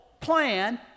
plan